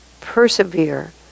persevere